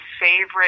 favorite